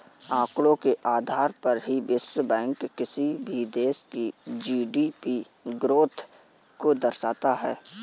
आंकड़ों के आधार पर ही विश्व बैंक किसी भी देश की जी.डी.पी ग्रोथ को दर्शाता है